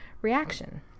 reaction